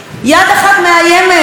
מה עושה בדיוק?